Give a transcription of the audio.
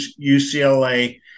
UCLA